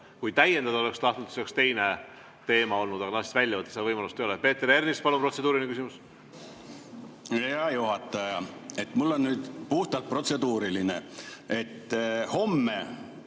Kui täiendada oleks tahtnud, siis oleks teine teema olnud, aga nad tahtsid välja võtta. Seda võimalust ei ole. Peeter Ernits, palun, protseduuriline küsimus! Hea juhataja! Mul on nüüd puhtalt protseduuriline. Homme